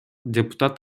депутат